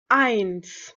eins